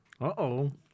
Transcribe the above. Uh-oh